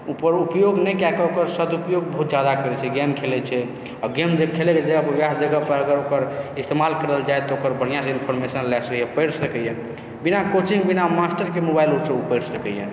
ओकर उपयोग नहि कए कऽ ओकर सदुपयोग बहुत ज्यादा करैत छै गेम खेलैत छै आओर गेम जे खेलैत छै उएह जगहपर अगर ओकर इस्तेमाल कयल जाय तऽ ओकर बढ़िआँसँ इन्फॉरमेशन लए सकैए पढ़ि सकैए बिना कोचिंग बिना मास्टरके मोबाइलोसँ ओ पढ़ि सकैए